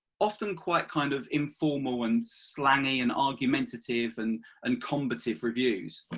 often quite kind of informal and slangy and argumentative and and combative reviews,